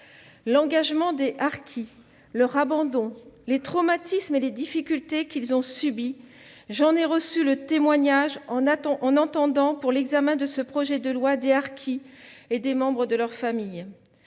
l'engagement des harkis, leur abandon, les traumatismes et les difficultés qu'ils ont subis, j'en ai reçu le témoignage en entendant, pour l'examen de ce projet de loi, des harkis et des membres de leurs familles.